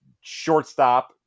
shortstop